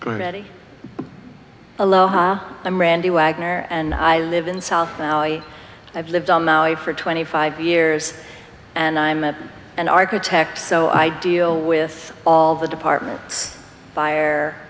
you ready aloha i'm randy wagner and i live in south now i have lived on maui for twenty five years and i'm an architect so i deal with all the department